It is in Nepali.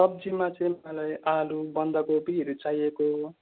सब्जीमा चाहिँ मलाई आलु बन्दाकोपीहरू चाहिएको